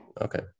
Okay